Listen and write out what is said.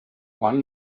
one